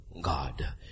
God